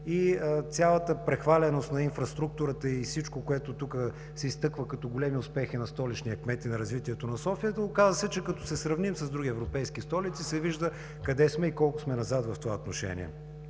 и цялата прехваленост на инфраструктурата и всичко, което тук се изтъква като големи успехи на столичния кмет и на развитието на София, се оказа, че като се сравним с други европейски столици, се вижда къде сме и колко сме назад в това отношение.